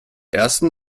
ersten